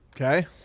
Okay